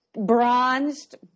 Bronzed